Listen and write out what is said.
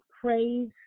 praise